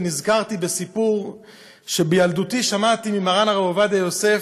ונזכרתי בסיפור שבילדותי שמעתי ממרן הרב עובדיה יוסף,